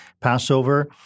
Passover